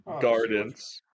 Gardens